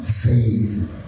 faith